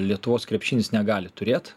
lietuvos krepšinis negali turėt